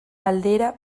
aldera